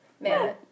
Man